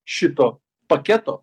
šito paketo